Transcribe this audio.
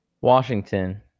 Washington